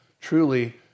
truly